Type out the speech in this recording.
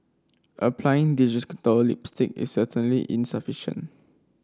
applying digital lipstick is certainly insufficient